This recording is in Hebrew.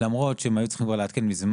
למרות שהם היו צריכים כבר לעדכן מזמן